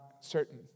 certain